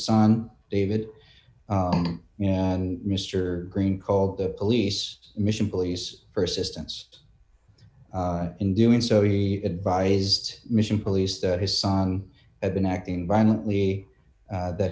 son david and mr green called the police mission police for assistance in doing so he advised mission police that his son had been acting violently that